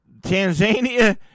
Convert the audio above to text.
Tanzania